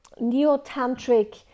neo-tantric